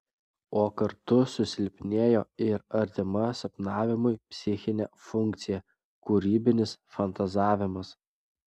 o kartu susilpnėjo ir artima sapnavimui psichinė funkcija kūrybinis fantazavimas